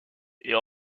est